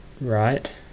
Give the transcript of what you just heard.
right